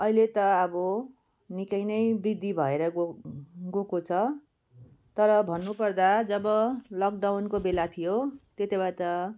अहिले त अब निकै नै वृद्धि भएर गो गएको छ तर भन्नुपर्दा जब लकडाउनको बेला थियो त्यतिबेला त